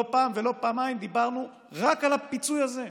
לא פעם ולא פעמיים דיברנו רק על הפיצוי הזה,